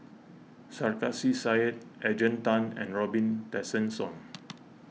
Sarkasi Said Adrian Tan and Robin Tessensohn